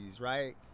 right